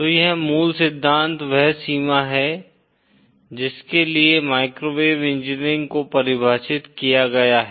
तो यह मूल सिद्धांत वह सीमा है जिसके लिए माइक्रोवेव इंजीनियरिंग को परिभाषित किया गया है